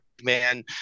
man